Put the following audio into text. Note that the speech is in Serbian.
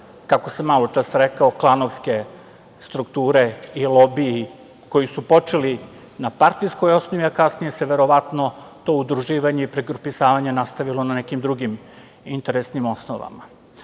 kako sam maločas rekao, klanovske strukture i lobiji su počeli na partijskoj osnovi, a kasnije se verovatno to udruživanje i pregrupisavanje nastavilo na nekim drugim interesnim osnovama.U